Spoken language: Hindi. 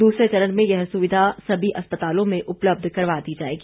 दूसरे चरण में यह सुविधा सभी अस्पतालों में उपलब्ध करवा दी जाएगी